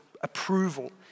approval